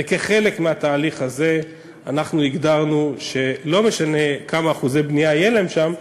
וכחלק מהתהליך הזה אנחנו הגדרנו שלא משנה כמה אחוזי בנייה יהיו להם שם,